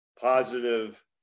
positive